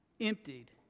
emptied